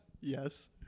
Yes